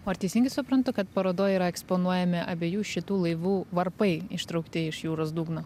o ar teisingai suprantu kad parodoj yra eksponuojami abiejų šitų laivų varpai ištraukti iš jūros dugno